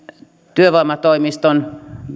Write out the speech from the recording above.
työvoimatoimiston